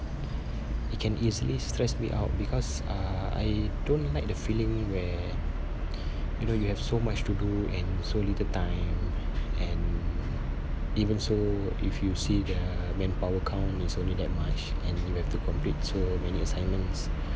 it can really stress me out because uh I don't like the feeling where you know you have so much to do and so little time and even so if you see the manpower count is only that much and you have to complete so many assignments